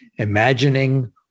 Imagining